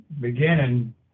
beginning